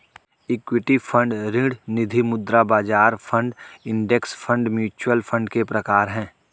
equity fund ऋण निधिमुद्रा बाजार fund index fund mutual fund के प्रकार हैं